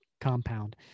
compound